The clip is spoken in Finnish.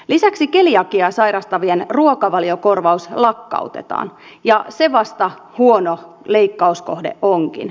lisäksi keliakiaa sairastavien ruokavaliokorvaus lakkautetaan ja se vasta huono leikkauskohde onkin